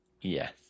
Yes